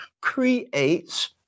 creates